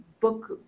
book